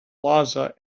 plaza